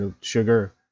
sugar